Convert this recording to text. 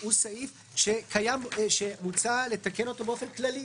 הוא סעיף שמוצע לתקן אותו באופן כללי,